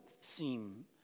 seem